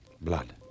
Blood